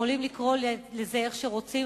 יכולים לקרוא לזה איך שרוצים,